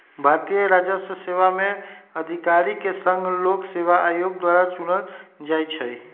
भारतीय राजस्व सेवा में अधिकारि के संघ लोक सेवा आयोग द्वारा चुनल जाइ छइ